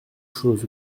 chose